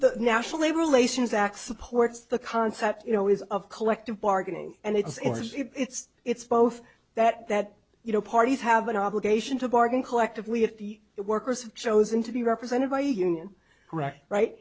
the national labor relations act supports the concept you know is of collective bargaining and it's it's it's both that that you know parties have an obligation to bargain collectively at the workers chosen to be represented by a union right right